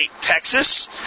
Texas